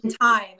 time